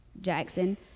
Jackson